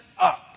up